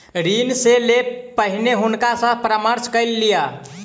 ऋण लै से पहिने हुनका सॅ परामर्श कय लिअ